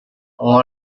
all